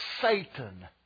Satan